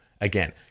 again